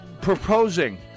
proposing